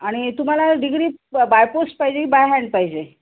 आणि तुम्हाला degree by post पाहिजे की बाय हँड पाहिजे